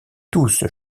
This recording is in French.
tous